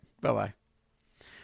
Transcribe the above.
Bye-bye